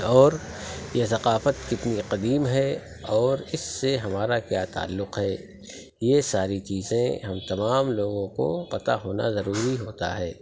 اور یہ ثقافت کتنی قدیم ہے اور اس سے ہمارا کیا تعلق ہے یہ ساری چیزیں ہم تمام لوگوں کو پتہ ہونا ضروری ہوتا ہے